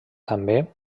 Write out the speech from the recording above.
també